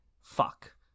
fuck